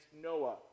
Noah